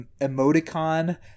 emoticon